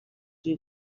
two